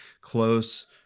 close